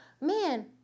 man